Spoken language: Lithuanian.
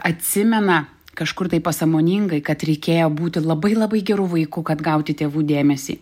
atsimena kažkur taip pasąmoningai kad reikėjo būti labai labai geru vaiku kad gauti tėvų dėmesį